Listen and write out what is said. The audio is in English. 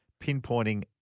pinpointing